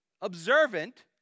observant